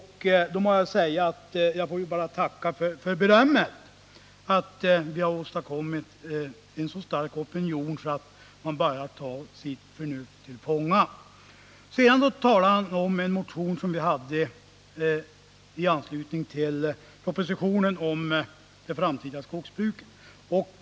Då får jag väl tacka för berömmet. Det är ju inte dåligt om vi skulle ha åstadkommit en så stark opinion att andra partier tagit sitt förnuft till fånga. Sedan talade Arne Andersson om den motion som vi lade fram i anslutning till propositionen om det framtida skogsbruket.